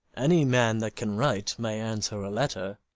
any man that can write may answer a letter.